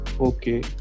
okay